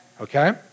okay